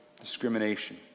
discrimination